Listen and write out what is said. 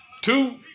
Two